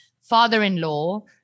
father-in-law –